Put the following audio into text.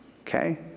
okay